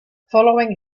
following